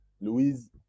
Louise